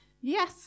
Yes